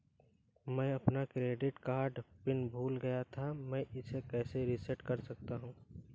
मैं अपना credit card PIN भूल गया था मैं इसे कैसे रीसेट कर सकता हूँ?